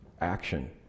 action